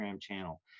channel